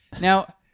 Now